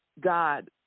God